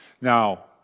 Now